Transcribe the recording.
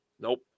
Nope